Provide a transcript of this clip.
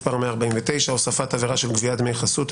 מס' 149) (הוספת עבירה של גביית דמי חסות),